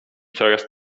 coraz